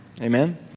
Amen